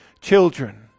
children